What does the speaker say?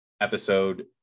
episode